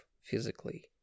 physically